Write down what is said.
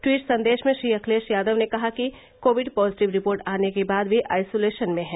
tweet संदेश में श्री अखिलेश यादव ने कहा कि कोविड पॉजिटिव रिपोर्ट आने के बाद वे आइसोलेशन में हैं